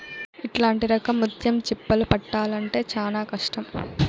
ఇట్లాంటి రకం ముత్యం చిప్పలు పట్టాల్లంటే చానా కష్టం